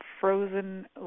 frozen